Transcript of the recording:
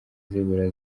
zibura